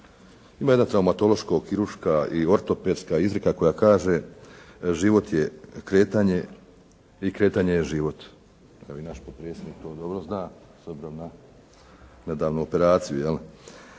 Ima jedna traumatološka, kirurška i ortopedska izreka koja kaže: „Život je kretanje i kretanje je život“. Evo i naš potpredsjednik to dobro zna s obzirom na nedavnu operaciju jel'.